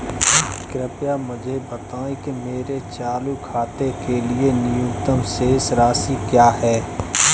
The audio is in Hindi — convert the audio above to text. कृपया मुझे बताएं कि मेरे चालू खाते के लिए न्यूनतम शेष राशि क्या है?